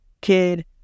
kid